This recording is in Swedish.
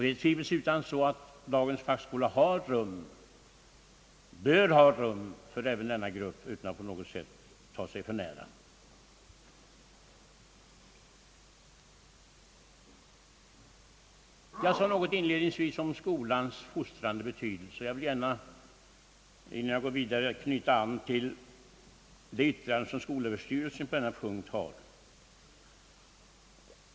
Det är tvivelsutan så att dagens fackskola bör ha rum för även denna grupp utan att ta på sig för mycket. Om skolans fostrande betydelse sade jag något inledningsvis, och jag vill gärna, innan jag går vidare, knyta an till det yttrande som skolöverstyrelsen har gjort på denna punkt.